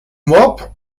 mob